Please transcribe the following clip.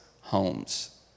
homes